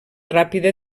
ràpida